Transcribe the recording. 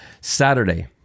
Saturday